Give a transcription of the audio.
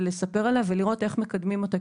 לספר עליה ולראות איך מקדמים אותה,